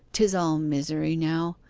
tis all misery now.